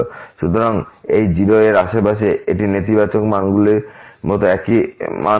সুতরাং এই 0 এর আশেপাশে এটির নেতিবাচক মানগুলির মতো একই মান রয়েছে